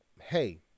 hey